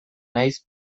nahiz